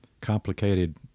complicated